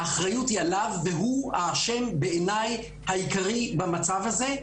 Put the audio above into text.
האחריות היא עליו והוא בעיניי האשם העיקרי במצב הזה.